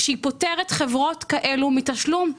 כשהיא פוטרת חברות כאלה מתשלום.